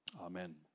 amen